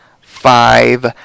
five